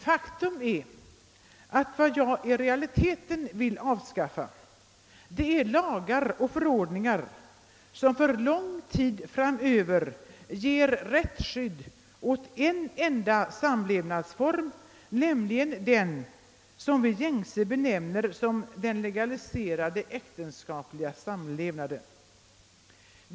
Faktum är att vad jag i realiteten vill avskaffa är lagar och förordningar som för lång tid framöver ger rättsskydd åt en enda samlevnadsform, nämligen den som gängse benämns den legaliserade äktenskapliga samlevnaden.